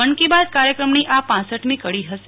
મન કી બાત કાર્યક્રમની આ ક્રપમી કળી હશે